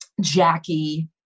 Jackie